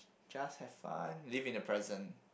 just have fun live in the present